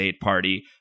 party